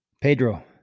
pedro